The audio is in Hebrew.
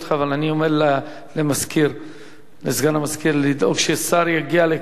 אבל אני אומר לסגן המזכירה לדאוג ששר יגיע לכאן.